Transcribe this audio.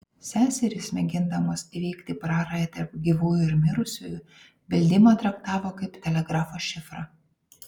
seserys mėgindamos įveikti prarają tarp gyvųjų ir mirusiųjų beldimą traktavo kaip telegrafo šifrą